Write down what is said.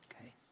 okay